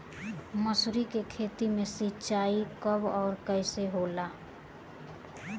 मसुरी के खेती में सिंचाई कब और कैसे होला?